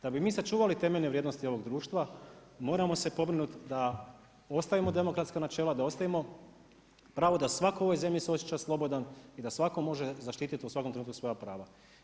Da bi mi sačuvali temeljne vrijednosti ovoga društva moramo se pobrinuti da ostavimo demokratska načela, da ostavimo pravo da svatko u ovoj zemlji se osjeća slobodan i da svatko može zaštiti u svakom trenutku svoja prava.